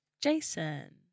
Jason